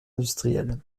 industrielle